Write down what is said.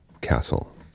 castle